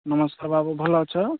ନମସ୍କାର ବାବୁ ଭଲ ଅଛ